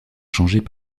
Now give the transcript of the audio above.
changées